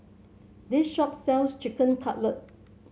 this shop sells Chicken Cutlet